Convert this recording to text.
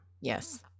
Yes